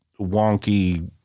wonky